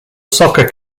soccer